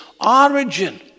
origin